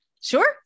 Sure